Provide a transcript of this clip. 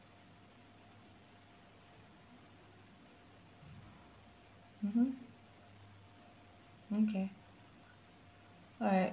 mmhmm okay alright